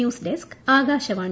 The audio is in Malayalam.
ന്യൂസ്ഡെസ്ക് ആകാശവാണി